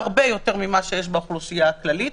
הרבה יותר ממה שיש באוכלוסייה הכללית